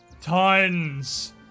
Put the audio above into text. tons